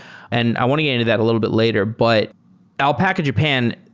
and i want to get into that a little bit later, but alpaca japan,